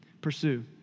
Pursue